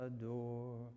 adore